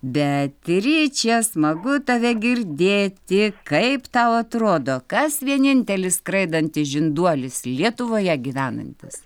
beatriče smagu tave girdėti kaip tau atrodo kas vienintelis skraidantis žinduolis lietuvoje gyvenantis